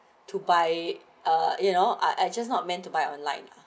to buy uh you know I I just not meant to buy online lah